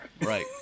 Right